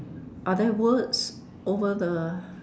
are there words over the